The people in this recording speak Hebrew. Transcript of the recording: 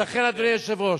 אז לכן, אדוני היושב-ראש,